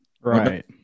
right